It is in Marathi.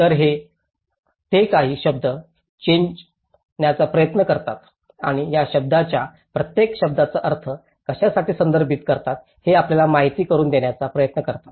तर ते काही शब्द चेंजण्याचा प्रयत्न करतात आणि या शब्दाच्या प्रत्येक शब्दाचा अर्थ कशासाठी संदर्भित करतात हे आपल्याला माहिती करून देण्याचा प्रयत्न करतात